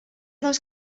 dels